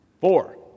four